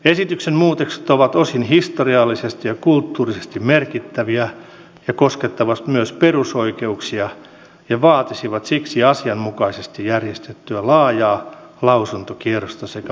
esityksen muutokset ovat osin historiallisesti ja kulttuurisesti merkittäviä ja koskettavat myös perusoikeuksia ja vaatisivat siksi asianmukaisesti järjestettyä laajaa lausuntokierrosta sekä vaikutusarviointia